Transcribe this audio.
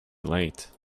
late